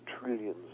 trillions